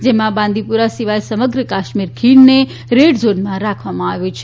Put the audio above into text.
જેમાં બાંદીપુરા સિવાય સમગ્ર કાશ્મીર ખીણને રેડ ઝોનમાં રાખવામાં આવ્યો છે